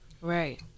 Right